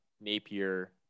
Napier